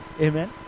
Amen